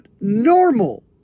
normal